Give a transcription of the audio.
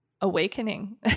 awakening